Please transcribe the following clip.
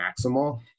maximal